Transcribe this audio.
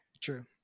true